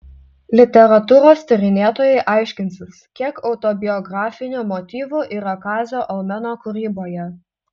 literatūros tyrinėtojai aiškinsis kiek autobiografinių motyvų yra kazio almeno kūryboje